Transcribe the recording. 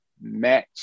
match